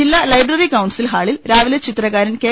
ജില്ലാ library council ഹാളിൽ രാവിലെ ചിത്രകാരൻ കെ